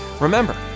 Remember